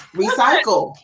recycle